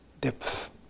depth